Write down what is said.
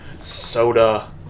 soda